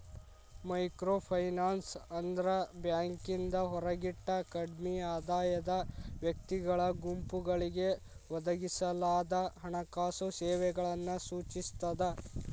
microfinance ಅಂದ್ರ ಬ್ಯಾಂಕಿಂದ ಹೊರಗಿಟ್ಟ ಕಡ್ಮಿ ಆದಾಯದ ವ್ಯಕ್ತಿಗಳ ಗುಂಪುಗಳಿಗೆ ಒದಗಿಸಲಾದ ಹಣಕಾಸು ಸೇವೆಗಳನ್ನ ಸೂಚಿಸ್ತದ